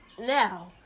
now